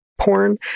porn